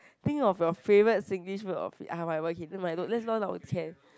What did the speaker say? think of your favourite Singlish word or f~ ah whatever K never mind let's